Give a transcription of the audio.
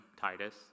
Titus